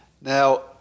Now